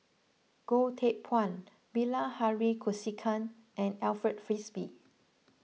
Goh Teck Phuan Bilahari Kausikan and Alfred Frisby